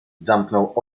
zamknął